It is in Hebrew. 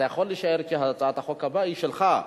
אתה יכול להישאר, כי הצעת החוק הבאה היא שלך.